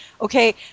Okay